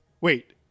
Wait